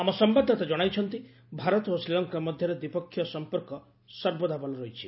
ଆମ ସମ୍ଭାଦଦାତା ଜଣାଇଛନ୍ତି ଭାରତ ଓ ଶ୍ରୀଲଙ୍କା ମଧ୍ୟରେ ଦ୍ୱିପକ୍ଷୀୟ ସଂପର୍କ ସର୍ବଦା ଭଲ ରହିଛି